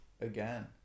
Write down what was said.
again